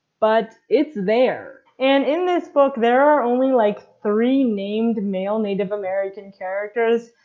but it's there. and in this book there are only like three named male native american characters.